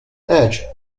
edge